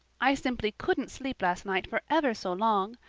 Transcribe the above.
i simply couldn't sleep last night for ever so long.